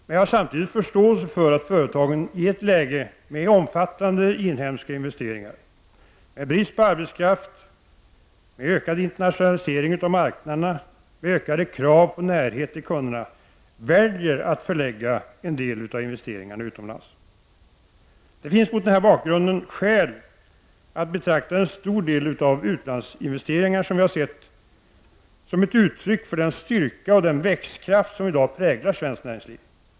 Men jag har samtidigt förståelse för att företagen i ett läge med omfattande inhemska investeringar, brist på arbetskraft, ökad internationalisering av marknaderna och ökade krav på närhet till kunderna väljer att förlägga en del av investeringarna utomlands. Det finns mot denna bakgrund skäl att betrakta en stor del av de utlandsinvesteringar vi har sett som ett uttryck för den styrka och växtkraft som i dag präglar svenskt näringsliv.